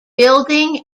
building